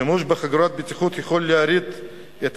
שימוש בחגורת בטיחות יכול להוריד את